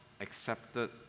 accepted